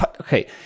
okay